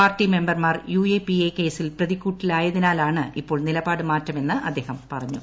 പാർട്ടിമെമ്പർമാർ U A P A കേസിൽ പ്രതിക്കൂട്ടിലായതിനാലാണ് ഇപ്പോൾ നിലപാട് മാറ്റമെന്ന് അദ്ദേഹം പറഞ്ഞു